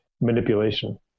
manipulation